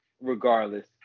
regardless